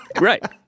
Right